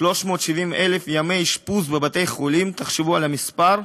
370,000 ימי אשפוז בבתי-חולים, תחשבו על המספר.